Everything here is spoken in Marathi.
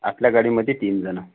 आपल्या गाडी मध्ये तीन जण